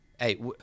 Hey